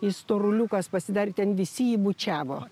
jis storuliukas pasidarė ten visi jį bučiavo